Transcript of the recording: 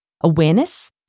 awareness